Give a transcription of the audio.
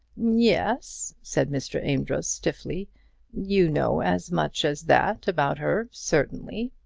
yes, said mr. amedroz, stiffly you know as much as that about her, certainly.